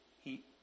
heat